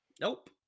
nope